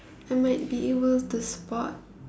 I might be able to spot